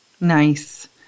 Nice